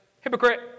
hypocrite